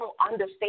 understand